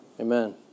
Amen